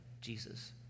Jesus